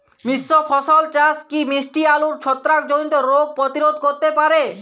মিশ্র ফসল চাষ কি মিষ্টি আলুর ছত্রাকজনিত রোগ প্রতিরোধ করতে পারে?